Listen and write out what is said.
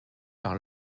par